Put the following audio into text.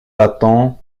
attend